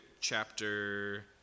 chapter